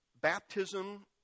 baptism